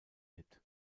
mit